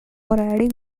adding